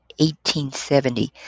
1870